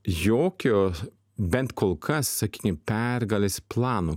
jokio bent kol kas sakykim pergalės plano